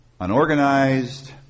unorganized